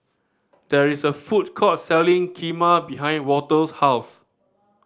there is a food court selling Kheema behind Walter's house